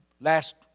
Last